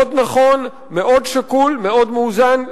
מאוד נכון, מאוד שקול, מאוד מאוזן.